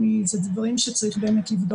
זה דברים שצריך באמת לבדוק.